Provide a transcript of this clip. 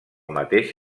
mateix